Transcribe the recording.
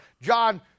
John